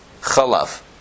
Chalav